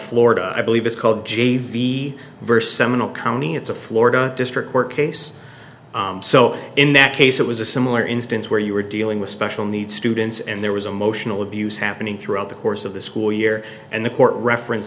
florida i believe it's called g v verse seminole county it's a florida district court case so in that case it was a similar instance where you were dealing with special needs students and there was emotional abuse happening throughout the course of the school year and the court reference